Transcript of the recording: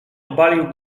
obalił